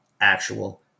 actual